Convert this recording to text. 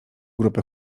grupy